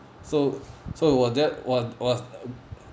so so was that was was